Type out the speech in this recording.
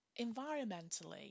environmentally